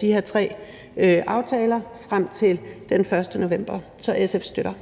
de her tre love frem til den 1. november 2021. Så SF støtter